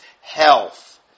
health